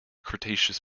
cretaceous